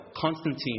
Constantine